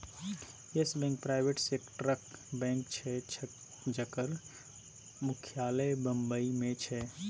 yes Bank private सेक्टरक bank छै जकर मुख्यालय बंबई मे छै